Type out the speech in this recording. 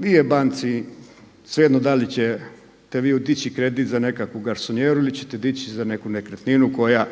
nije banci svejedno da li ćete vi dići kredit za nekakvu garsonijeru ili ćete dići za neku nekretninu koja